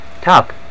top